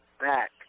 back